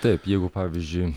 taip jeigu pavyzdžiui